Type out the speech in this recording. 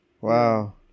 Wow